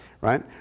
Right